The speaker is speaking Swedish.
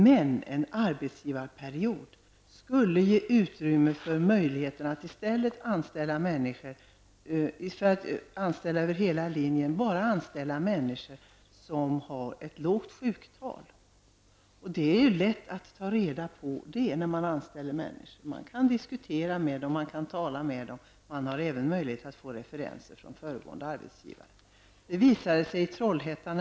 Men en arbetsgivarperiod skulle ge utrymme för möjligheten att enbart välja människor som har låga sjuktal. Det är ju lätt att ta reda på hur det förhåller sig i det avseendet när en person skall anställas. Sådant här framgår ju vid diskussioner som förs. Man kan även få referenser från föregående arbetsgivare. Nyligen var ett sådant fall aktuellt i Trollhättan.